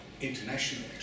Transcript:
internationally